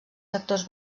sectors